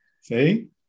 See